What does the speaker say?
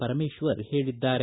ಪರಮೇಶ್ವರ್ ಹೇಳಿದ್ದಾರೆ